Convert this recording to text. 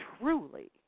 truly